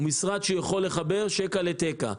הוא משרד שיכול לחבר שקע לתקע,